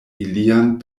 ilian